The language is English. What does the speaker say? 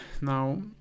Now